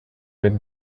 with